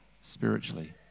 spiritually